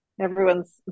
everyone's